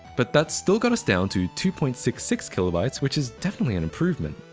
but that still got us down to two point six six kb ah which is definitely an improvement.